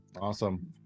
awesome